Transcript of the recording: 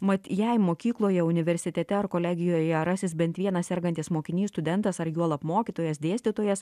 mat jei mokykloje universitete ar kolegijoje rasis bent vienas sergantis mokinys studentas ar juolab mokytojas dėstytojas